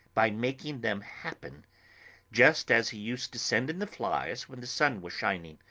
by making them happen just as he used to send in the flies when the sun was shining.